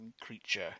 creature